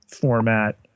format